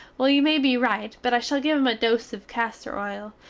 well you may be rite but i shall give him a dose of caster oil,